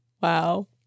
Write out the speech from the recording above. Wow